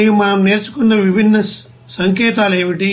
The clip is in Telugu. మరియు మనం నేర్చుకున్న విభిన్న సంకేతాలు ఏమిటి